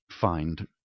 Find